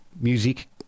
music